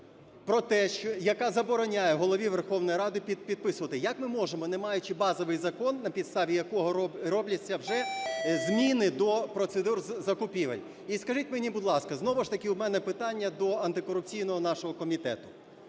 про те, яка забороняє Голові Верховної Ради підписувати. Як ми можемо, не маючи базовий закон, на підставі якого робляться вже зміни до процедур закупівель? І скажіть мені, будь ласка, знову ж таки в мене питання до антикорупційного нашого комітету.